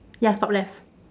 ya top left